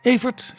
Evert